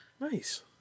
nice